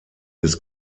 des